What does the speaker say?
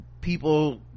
people